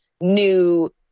new